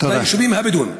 לתושבים הבדואים?